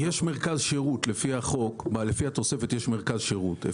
לפי החוק יש מרכז שירות.